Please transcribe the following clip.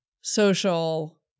social